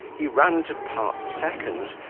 he ran to part the seconds,